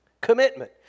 Commitment